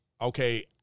okay